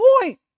point